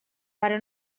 però